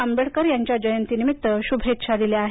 आंबेडकर यांच्या जयंतीनिमित्त शुभेच्छा दिल्या आहेत